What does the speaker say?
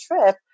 trip